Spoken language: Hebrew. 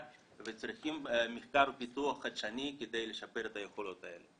וצריכים מחקר ופיתוח חדשני כדי לשפר את היכולות האלה.